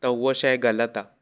त उहा शइ ग़लति आहे